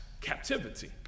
captivity